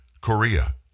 Korea